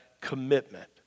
commitment